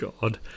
god